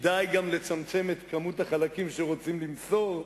כדאי גם לצמצם את כמות החלקים שרוצים למסור.